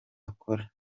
akora